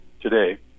today